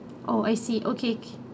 oh I see okay